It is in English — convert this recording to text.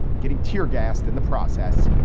getting tear gassed in the process.